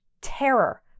terror